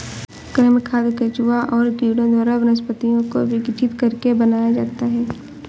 कृमि खाद केंचुआ और कीड़ों द्वारा वनस्पतियों को विघटित करके बनाया जाता है